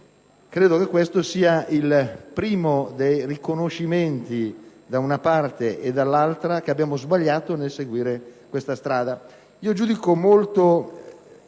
Credo che questo sia il primo dei riconoscimenti, da una parte e dall'altra, del fatto che abbiamo sbagliato nel seguire questa strada.